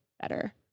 better